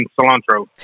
cilantro